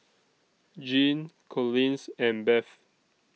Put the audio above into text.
Jeanne Collins and Bev